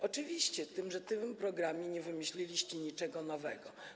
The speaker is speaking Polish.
Oczywiście, z tym że w tym programie nie wymyśliliście niczego nowego.